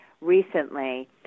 recently